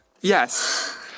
yes